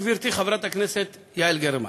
גברתי חברת הכנסת יעל גרמן,